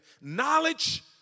Knowledge